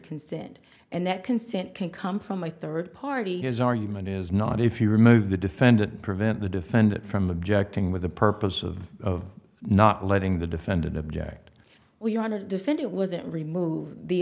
consent and that consent can come from a third party his argument is not if you remove the defendant prevent the defendant from objecting with the purpose of not letting the defendant object will you want to defend it wasn't removed the